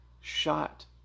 shot